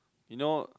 you know